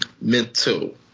Mental